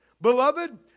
Beloved